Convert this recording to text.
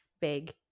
Big